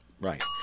Right